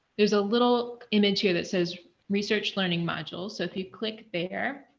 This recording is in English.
there's a little image here that says research learning module. so, if you click there.